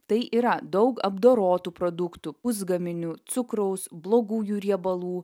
tai yra daug apdorotų produktų pusgaminių cukraus blogųjų riebalų